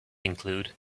include